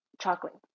chocolate